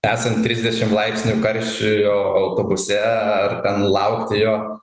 esant trisdešimt laipsnių karščiui autobuse ar ten laukti jo